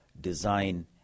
design